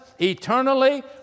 eternally